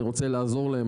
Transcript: אני רוצה לעזור להן,